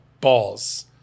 balls